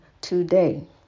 today